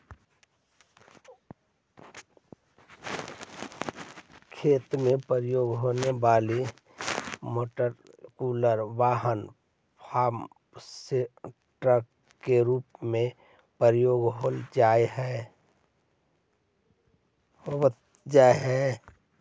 खेत में प्रयुक्त होवे वाला मोटरयुक्त वाहन फार्म ट्रक के रूप में प्रयुक्त होवऽ हई